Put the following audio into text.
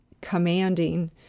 commanding